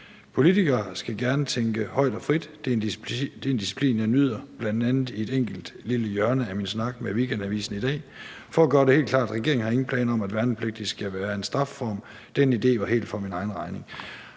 »Politikere skal gerne tænke højt og frit. Det er en disciplin jeg nyder, bl.a. i et enkelt lille hjørne af min snak med WA i dag For at gøre det helt klart: Regeringen har ingen planer om at værnepligt skal være en strafform. Den idé var helt for egen regning.«